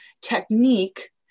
technique